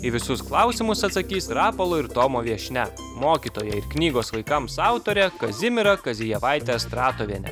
į visus klausimus atsakys rapolo ir tomo viešnia mokytoja ir knygos vaikams autorė kazimira kazijevaitė astratovienė